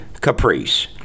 Caprice